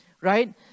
Right